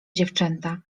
dziewczęta